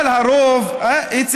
בגלל שהרוב, היא לא מדינת הרוב בעולם.